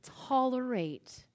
tolerate